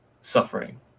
suffering